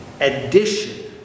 addition